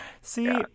See